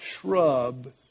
shrub